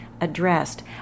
addressed